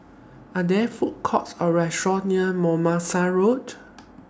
Are There Food Courts Or Restaurant near Mimosa Road